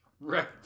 Right